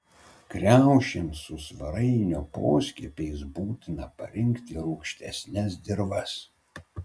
kriaušėms su svarainio poskiepiais būtina parinkti rūgštesnes dirvas